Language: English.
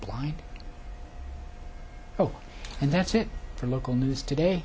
blind and that's it for local news today